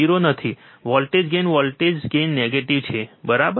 0 નથી voltage gain voltage gain negative છે બરાબર